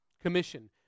Commission